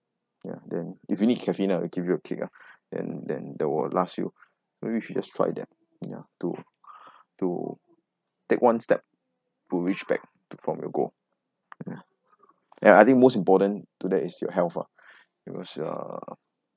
ya then if you need caffeine ah that'll give you a kick ah then then that will last you maybe you should just try that ya to to take one step to reach back from your goal ya ya I think most important today is your health ah because uh